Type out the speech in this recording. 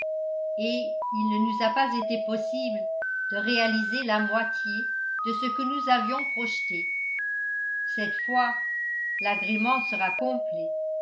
et il ne nous a pas été possible de réaliser la moitié de ce que nous avions projeté cette fois l'agrément sera complet